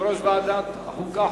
יושב-ראש ועדת החוקה,